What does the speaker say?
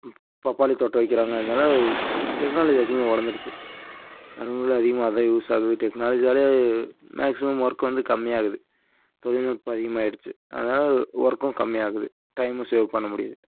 பப்பாளி தோட்டம் வைக்கிறாங்க அதனால டெக்னாலஜி அதிகமாக வளர்ந்துடுச்சி நிறைய ஊரில் அதிகமாக அதுதான் யூஸ் ஆகுது டெக்னாலஜியால் மேக்சிமம் ஒர்க் வந்து கம்மியாகுது தொழில்நுட்பம் அதிகமாயிடுச்சி அதனால் ஒர்க்கும் கம்மியாகுது டைமும் சேவ் பண்ண முடியுது